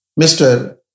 Mr